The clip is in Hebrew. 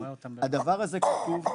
הדבר הזה חשוב,